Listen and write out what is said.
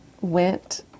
went